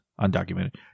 Undocumented